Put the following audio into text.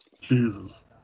Jesus